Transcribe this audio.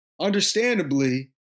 Understandably